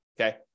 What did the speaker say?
okay